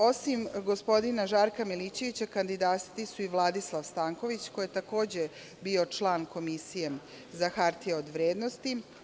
Osim gospodina Žarka Milićevića, kandidati su i Vladislav Stanković, koji je takođe bio član Komisije za hartije od vrednosti.